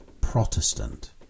Protestant